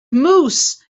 mousse